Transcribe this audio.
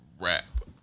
rap